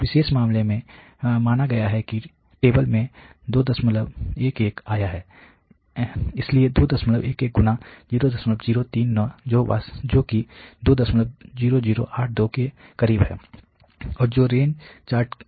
इस विशेष मामले में माना गया है कि टेबल से 211 आया है इसलिए 211 0039 जो कि 20082 के करीब है और जो रेंज चार्ट के लिए अपर कंट्रोल लिमिट है